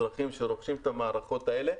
אזרחים שרוכשים את המערכות האלה.